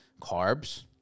carbs